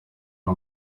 ari